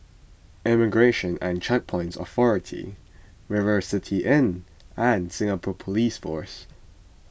Immigration and Checkpoints Authority River City Inn and Singapore Police Force